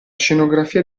scenografia